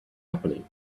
happening